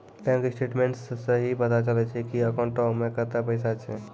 bank statements सं ही पता चलै छै की अकाउंटो मे कतै पैसा छै